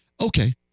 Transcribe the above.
Okay